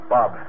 Bob